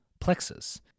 Plexus